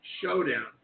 showdown